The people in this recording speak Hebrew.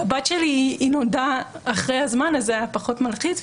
הבת שלי נולדה אחרי הזמן אז זה היה פחות מלחיץ.